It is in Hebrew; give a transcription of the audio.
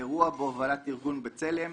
אירוע בהובלת ארגון בצלם,